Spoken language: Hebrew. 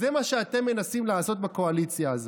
זה מה שאתם מנסים לעשות בקואליציה הזאת,